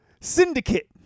Syndicate